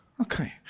Okay